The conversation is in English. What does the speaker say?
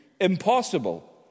impossible